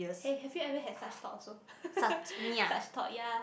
hey have you ever like had such thoughts also such thoughts ya